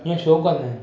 इएं छो कंदा आहिनि